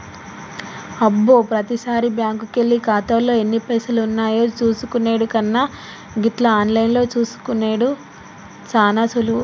అబ్బో ప్రతిసారి బ్యాంకుకెళ్లి ఖాతాలో ఎన్ని పైసలున్నాయో చూసుకునెడు కన్నా గిట్ల ఆన్లైన్లో చూసుకునెడు సాన సులువు